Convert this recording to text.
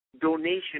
donation